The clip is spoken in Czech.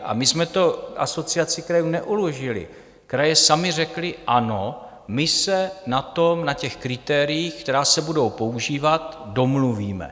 A my jsme to Asociaci krajů neuložili, kraje samy řekly: Ano, my se na těch kritériích, která se budou používat, domluvíme.